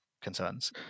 concerns